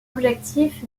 objectif